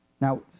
Now